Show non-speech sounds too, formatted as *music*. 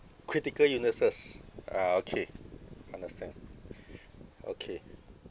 critical illnesses ah okay understand *breath* okay